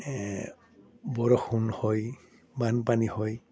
বৰষুণ হয় বানপানী হয়